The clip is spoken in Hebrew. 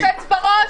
לא, אתה קופץ בראש.